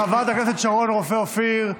חברת הכנסת שרון רופא אופיר,